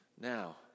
Now